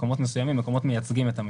במקומות שמייצגים את המהירות.